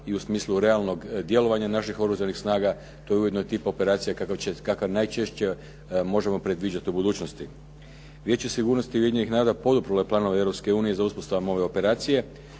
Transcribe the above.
i u smislu realnog djelovanja naših Oružanih snaga to je ujedno tip operacija kakav najčešće možemo predviđati u budućnosti. Vijeće sigurnosti Ujedinjenih naroda poduprlo je planove Europske unije za uspostavom ove operacije